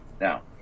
now